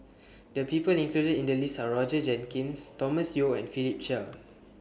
The People included in The list Are Roger Jenkins Thomas Yeo and Philip Chia